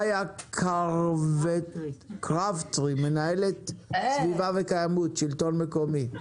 מאיה קרבטרי, מנהלת סביבה וקיימות, השלטון המקומי.